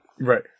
Right